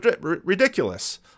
Ridiculous